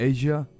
Asia